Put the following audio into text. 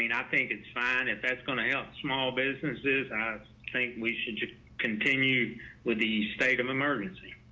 mean, i think it's fine. if that's going to help small businesses. and i think we should should continue with the state of emergency